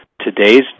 today's